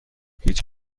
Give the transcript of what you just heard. هیچ